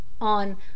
on